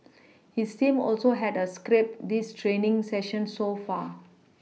his team also had a scrap these training session so far